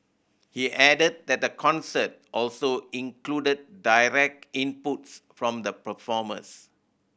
he added that the concert also included direct inputs from the performers